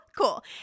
Cool